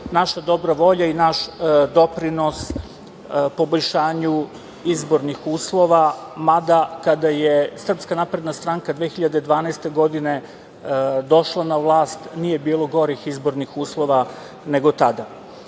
naša dobra volja i naš doprinos poboljšanju izbornih uslova, mada kada je SNS 2012. godine došla na vlast nije bilo gorih izbornih uslova nego